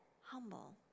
humble